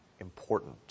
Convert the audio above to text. important